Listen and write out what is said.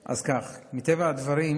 אז כך: מטבע הדברים,